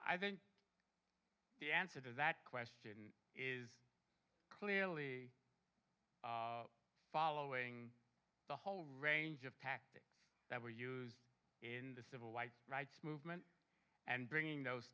i think the answer to that question is clearly following the whole range of tactics that were used in the civil rights rights movement and bringing those